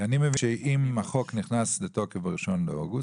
כי אני מבין שאם החוק נכנס לתוקף ב-1 באוגוסט